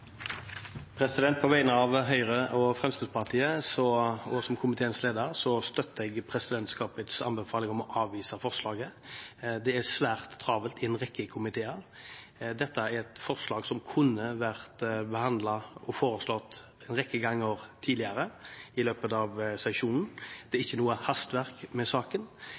På vegne av Høyre og Fremskrittspartiet – og som komiteens leder – støtter jeg presidentens forslag om å avvise forslaget. Det er svært travelt i en rekke komiteer, og dette er et forslag som kunne vært foreslått og behandlet en rekke ganger tidligere i løpet av sesjonen. Det er ikke noe hastverk med saken.